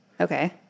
Okay